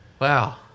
Wow